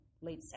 late